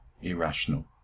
irrational